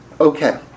Okay